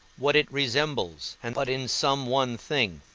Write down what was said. what it resembles, and but in some one thing,